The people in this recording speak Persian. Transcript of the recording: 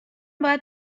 باید